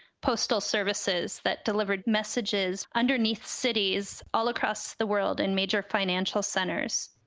postal services that delivered messages underneath cities all across the world in major financial centers.